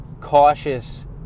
cautious